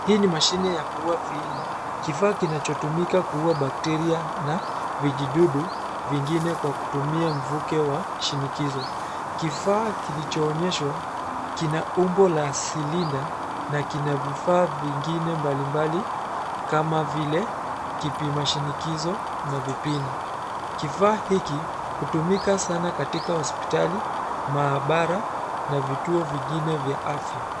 Hii ni mashine ya kuua viini, kifaa kinachotumika kuua bakteria, na vijidudu vingine kwa kutumia mvuke wa shinikizo. Kifaa kilichoonyeshwa kina umbo la silinda na kina vifaa vingine mbalimbali kama vile kipima shinikizo na vipini. Kifa hiki hutumika sana katika hospitali, maabara na vituo vingine vya afya.